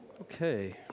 Okay